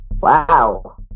Wow